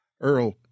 Earl